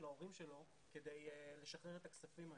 ההורים שלו כדי לשחרר את הכספים האלה.